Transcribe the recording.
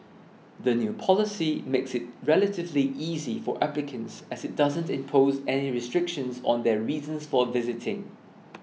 the new policy makes it relatively easy for applicants as it doesn't impose any restrictions on their reasons for visiting